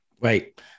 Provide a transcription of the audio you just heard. Right